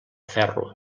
ferro